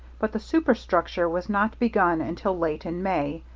but the superstructure was not begun until late in may,